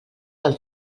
del